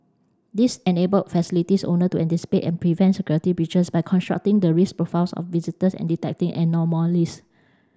this enable facilities owner to anticipate and prevent security breaches by constructing the risk profiles of visitors and detecting anomalies